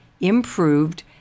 improved